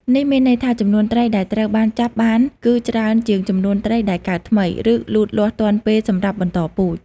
នេះមានន័យថា ចំនួនត្រីដែលត្រូវបានចាប់បានគឺច្រើនជាងចំនួនត្រីដែលកើតថ្មី ឬលូតលាស់ទាន់ពេលសម្រាប់បន្តពូជ។